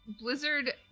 Blizzard